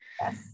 Yes